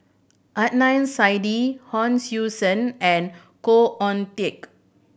Adnan Saidi Hon Sui Sen and Khoo Oon Teik